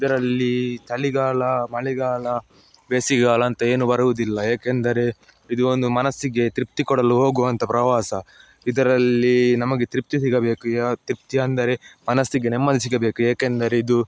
ಇದರಲ್ಲಿ ಚಳಿಗಾಲ ಮಳೆಗಾಲ ಬೇಸಿಗೆಗಾಲ ಅಂತ ಏನೂ ಬರುವುದಿಲ್ಲ ಏಕೆಂದರೆ ಇದು ಒಂದು ಮನಸ್ಸಿಗೆ ತೃಪ್ತಿ ಕೊಡಲು ಹೋಗುವಂಥ ಪ್ರವಾಸ ಇದರಲ್ಲಿ ನಮಗೆ ತೃಪ್ತಿ ಸಿಗಬೇಕು ಯ ತೃಪ್ತಿ ಅಂದರೆ ಮನಸ್ಸಿಗೆ ನೆಮ್ಮದಿ ಸಿಗಬೇಕು ಏಕೆಂದರೆ ಇದು